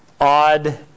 odd